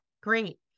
Great